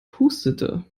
hustete